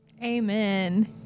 Amen